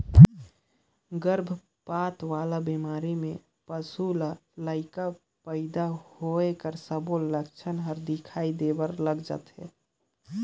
गरभपात वाला बेमारी में पसू ल लइका पइदा होए कर सबो लक्छन हर दिखई देबर लग जाथे